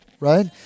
right